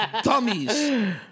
dummies